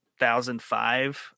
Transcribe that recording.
2005